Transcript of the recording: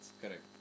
Correct